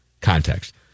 context